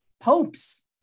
popes